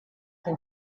can